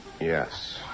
Yes